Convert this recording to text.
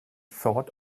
thought